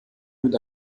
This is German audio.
mit